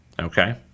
okay